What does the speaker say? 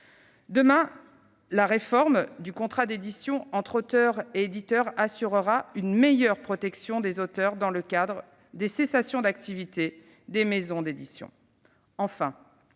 Demain, la réforme du contrat d'édition entre auteurs et éditeurs assurera une meilleure protection des auteurs dans le cadre des cessations d'activité des maisons d'édition.